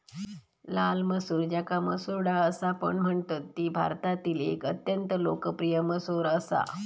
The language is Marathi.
लाल मसूर ज्याका मसूर डाळ असापण म्हणतत ती भारतातील एक अत्यंत लोकप्रिय मसूर असा